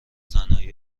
تنهایی